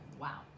wow